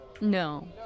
No